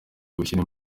gushyira